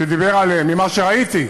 שדיבר, ממה שראיתי,